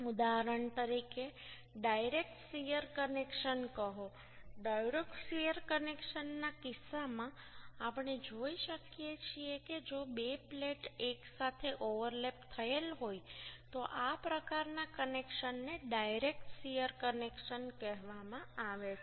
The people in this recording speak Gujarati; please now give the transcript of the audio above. ઉદાહરણ તરીકે ડાયરેક્ટ શીયર કનેક્શન કહો ડાયરેક્ટ શીયર કનેક્શનના કિસ્સામાં આપણે જોઈ શકીએ છીએ કે જો બે પ્લેટ એકસાથે ઓવરલેપ થયેલ હોય તો આ પ્રકારના કનેક્શનને ડાયરેક્ટ શીયર કનેક્શન કહેવામાં આવે છે